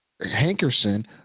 Hankerson